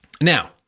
Now